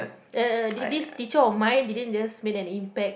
uh this teacher of mine didn't just made an impact